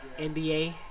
NBA